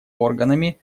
органами